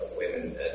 Women